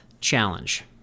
challenge